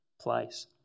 place